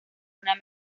una